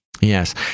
Yes